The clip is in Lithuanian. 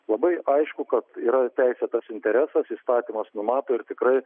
labai aišku kad yra teisėtas interesas įstatymas numato ir tikrai